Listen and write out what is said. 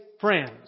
friends